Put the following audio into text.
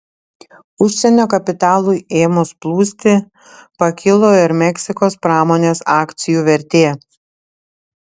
užsienio kapitalui ėmus plūsti pakilo ir meksikos pramonės akcijų vertė